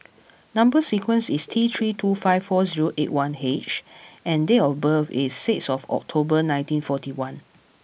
number sequence is T three two five four zero eight one H and date of birth is six of October nineteen forty one